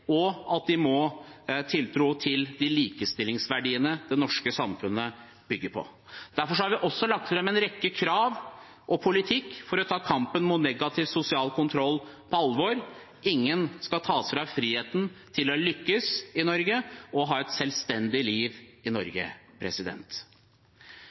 gjelder, og de må ha tiltro til de likestillingsverdiene det norske samfunnet bygger på. Derfor har vi også lagt fram en rekke krav og en politikk for å ta kampen mot negativ sosial kontroll på alvor. Ingen skal fratas friheten til å lykkes og ha et selvstendig liv i